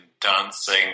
dancing